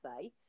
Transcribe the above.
say